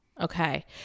Okay